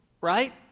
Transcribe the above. Right